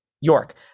York